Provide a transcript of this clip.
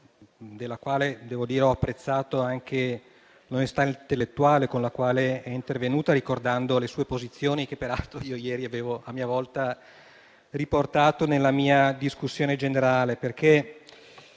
della quale - devo dire - ho apprezzato anche l'onestà intellettuale con la quale è intervenuta ricordando le sue posizioni, che peraltro ieri avevo a mia volta riportato nel mio intervento in discussione generale.